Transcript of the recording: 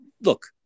look